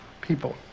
people